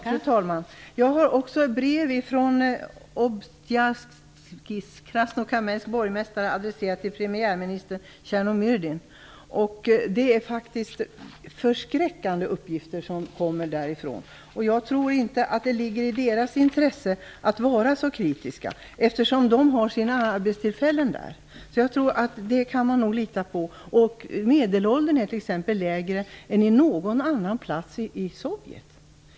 Fru talman! Jag har också ett brev från Krasnokamensks borgmästare adresserat till premiärminister Tjernomyrdin. Det är förskräckande uppgifter som kommer därifrån och jag tror inte att det ligger i befolkningens intresse att vara så kritiska, eftersom de har sina arbetstillfällen där. Jag tror man kan lita på det. Medelåldern i Krasnokamensk är t.ex. lägre än i någon annan plats i f.d. Sovjet.